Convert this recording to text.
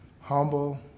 humble